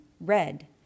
red